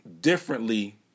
differently